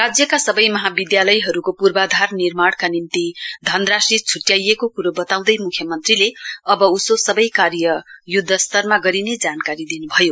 राज्यका सबै महाविद्यालयहरूको पूर्वाधार निर्माणका निम्ति धनराशी छुट्याइएको कुरो वताँउदै मुख्यमन्त्रीले अव उसो सबै कार्य युद्धस्तरमा गरिने जानकारी दिनुभयो